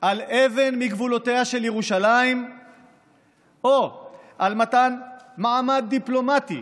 על אבן מגבולותיה של ירושלים או על מתן מעמד דיפלומטי